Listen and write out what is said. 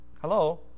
Hello